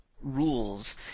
rules